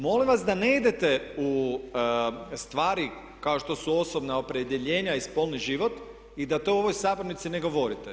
Molim vas da ne idete u stvari kao što su osobna opredjeljenja i spolni život i da to u ovoj sabornici ne govorite.